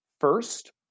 first